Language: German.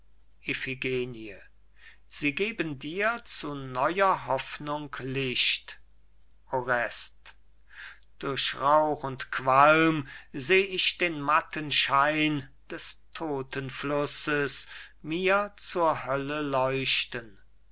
sie geben dir zu neuer hoffnung licht orest durch rauch und qualm seh ich den matten schein des todtenflusses mir zur hölle leuchten